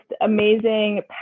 amazing